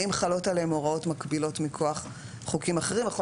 האם חלות עליהם הוראות מקבילות מכוח חוקים אחרים יכול